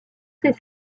ses